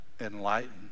enlightened